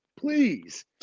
please